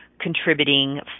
contributing